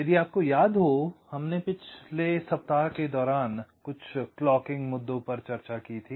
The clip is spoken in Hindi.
यदि आपको याद हो हमने पिछले सप्ताह के दौरान कुछ क्लॉकिंग मुद्दों पर चर्चा की थी